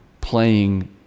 playing